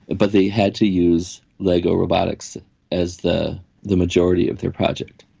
but they had to use lego robotics as the the majority of their project.